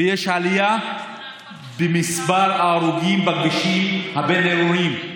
ויש עלייה במספר ההרוגים בכבישים הבין-עירוניים.